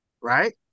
right